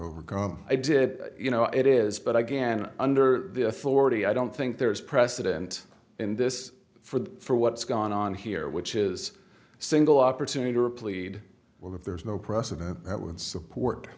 overcome i did you know it is but i gan under the authority i don't think there's precedent in this for what's gone on here which is a single opportunity to ripley well if there's no precedent that would support